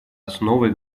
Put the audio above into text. основой